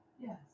Yes